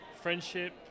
friendship